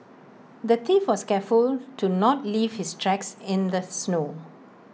the thief was careful to not leave his tracks in the snow